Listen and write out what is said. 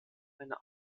eine